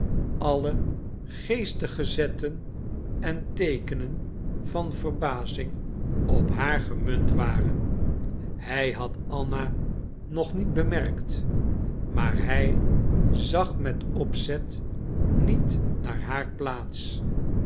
alle geestige zetten en teekenen van verbazing op haar gemunt waren hij had anna nog niet bemerkt maar hij zag met opzet niet naar haar plaats